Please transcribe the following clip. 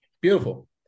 Beautiful